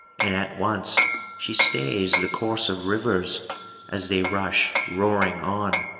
and at once she stays the course of rivers as they rush roaring on,